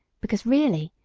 because, really,